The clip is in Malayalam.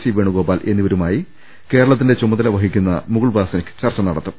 സി വേണുഗോപാൽ എന്നിവരുമായി കേരളത്തിന്റെ ചുമ തല വഹിക്കുന്ന മുകുൾ വാസ്നിക് ചർച്ച നടത്തും